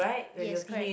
yes correct